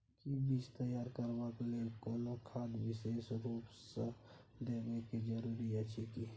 कि बीज तैयार करबाक लेल कोनो खाद विशेष रूप स देबै के जरूरी अछि की?